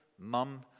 mum